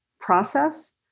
process